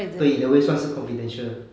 对 in a way 算是 confidential